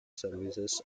service